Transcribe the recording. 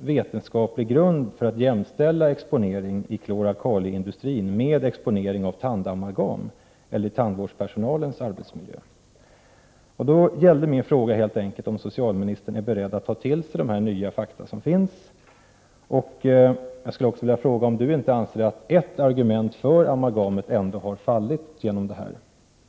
vetenskaplig grund för att jämställa exponering i klor-alkaliindustrin med exponering av tandamalgam eller i tandvårdspersonalens arbetsmiljö. Min fråga gällde helt enkelt om socialministern är beredd att ta till sig dessa nya fakta. Anser socialministern inte att ert argument för amalgamet fallit genom dessa fakta?